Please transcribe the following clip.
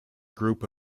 group